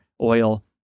oil